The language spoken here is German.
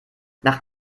nach